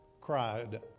cried